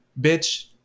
bitch